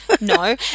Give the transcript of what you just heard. No